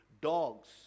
dogs